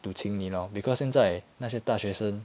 to 请你 lor because 现在那些大学生